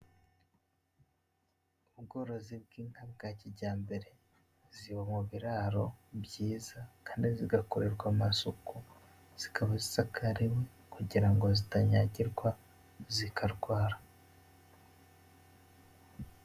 Ubworozi bw'inka bwa kijyambere, ziba mu biraro byiza kandi zigakorerwa amasuku, zikaba zisakariwe kugira ngo zitanyagirwa zikarwara.